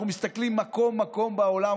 אנחנו מסתכלים מקום-מקום בעולם,